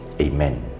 Amen